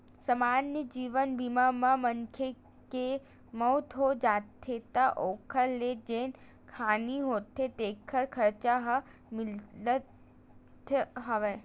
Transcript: समान्य जीवन बीमा म मनखे के मउत हो जाथे त ओखर ले जेन हानि होथे तेखर खरचा ह मिलथ हव